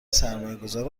سرمایهگذار